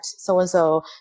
so-and-so